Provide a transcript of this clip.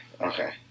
Okay